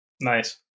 Nice